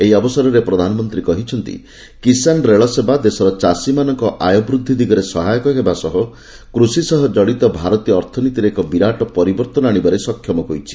ଏହି ଅବସରରେ ପ୍ରଧାନମନ୍ତ୍ରୀ କହିଛନ୍ତି କିଶାନ୍ ରେଳସେବା ଦେଶର ଚାଷୀମାନଙ୍କ ଆୟ ବୃଦ୍ଧି ଦିଗରେ ସହାୟକ ହେବା ସହ କୃଷି ସହ କଡ଼ିତ ଭାରତୀୟ ଅର୍ଥନୀତିରେ ଏକ ବିରାଟ ପରିବର୍ଭନ ଆଣିବାରେ ସକ୍ଷମ ହୋଇଛି